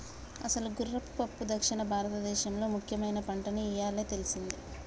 అసలు గుర్రపు పప్పు దక్షిణ భారతదేసంలో ముఖ్యమైన పంటని ఇయ్యాలే తెల్సింది